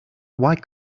why